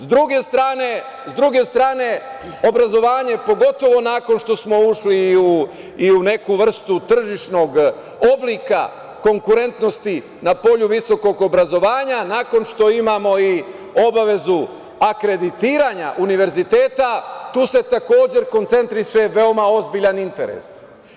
S druge strane, obrazovanje, pogotovo nakon što smo ušli i u neku vrstu tržišnog oblika konkurentnosti na polju visokog obrazovanja, nakon što imamo i obavezu akreditiranja univerziteta, tu se takođe koncentriše veoma ozbiljan interes.